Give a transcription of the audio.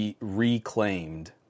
reclaimed